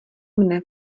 mne